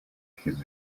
his